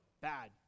bad